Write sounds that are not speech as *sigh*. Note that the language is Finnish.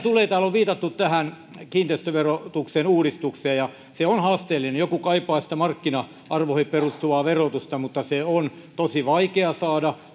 no täällä on viitattu tähän kiinteistöverotuksen uudistukseen ja se on haasteellinen joku kaipaa sitä markkina arvoihin perustuvaa verotusta mutta se on tosi vaikea saada *unintelligible*